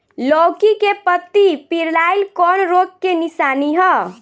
लौकी के पत्ति पियराईल कौन रोग के निशानि ह?